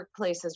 workplaces